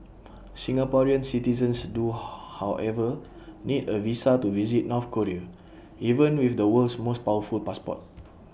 Singaporean citizens do however need A visa to visit North Korea even with the world's most powerful passport